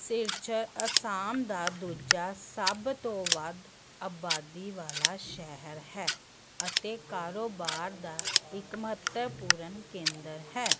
ਸਿਲਚਰ ਅਸਾਮ ਦਾ ਦੂਜਾ ਸਭ ਤੋਂ ਵੱਧ ਅਬਾਦੀ ਵਾਲਾ ਸ਼ਹਿਰ ਹੈ ਅਤੇ ਕਾਰੋਬਾਰ ਦਾ ਇੱਕ ਮਹੱਤਵਪੂਰਨ ਕੇਂਦਰ ਹੈ